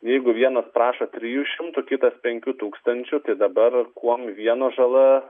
jeigu vienas prašo trijų šimtų kitas penkių tūkstančių tai dabar kuom vieno žala